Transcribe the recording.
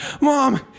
Mom